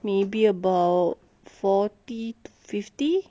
maybe about forty to fifty